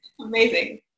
Amazing